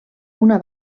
una